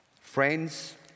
Friends